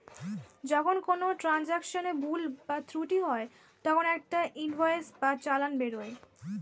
যখন কোনো ট্রান্জাকশনে ভুল বা ত্রুটি হয় তখন একটা ইনভয়েস বা চালান বেরোয়